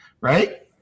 right